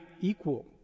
equal